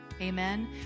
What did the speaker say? Amen